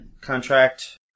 contract